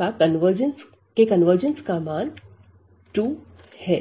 convergence का मान 2 है